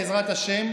בעזרת השם,